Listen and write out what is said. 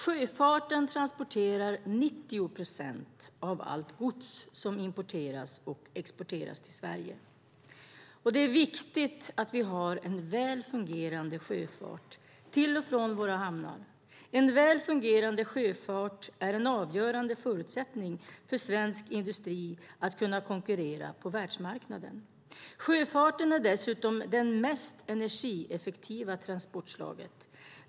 Sjöfarten transporterar 90 procent av allt gods som importeras till och exporteras från Sverige. Det är viktigt att vi har en väl fungerande sjöfart till och från våra hamnar. En väl fungerande sjöfart är en avgörande förutsättning för svensk industri att kunna konkurrera på världsmarknaden. Sjöfarten är dessutom det mest energieffektiva transportslaget.